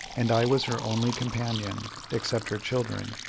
and i was her only companion, except her children,